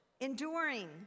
Enduring